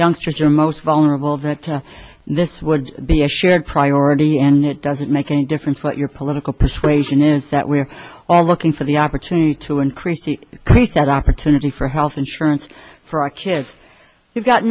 youngsters are most vulnerable that this would be a shared priority and it doesn't make any difference what your political persuasion is that we're all looking for the opportunity to increase the preset opportunity for health insurance for our kids we've got